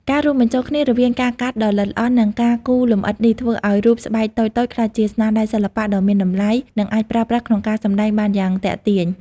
ការរួមបញ្ចូលគ្នារវាងការកាត់ដ៏ល្អិតល្អន់ និងការគូរលម្អិតនេះ ធ្វើឱ្យរូបស្បែកតូចៗក្លាយជាស្នាដៃសិល្បៈដ៏មានតម្លៃ និងអាចប្រើប្រាស់ក្នុងការសម្ដែងបានយ៉ាងទាក់ទាញ។